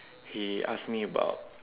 he asked me about